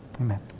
amen